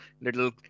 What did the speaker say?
little